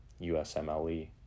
USMLE